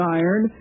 iron